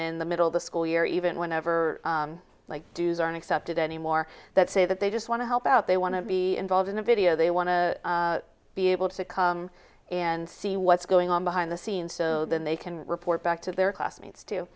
in the middle of the school year even whenever like dues are accepted anymore that say that they just want to help out they want to be involved in the video they want to be able to come and see what's going on behind the scenes so then they can report back to their classmates too